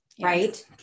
right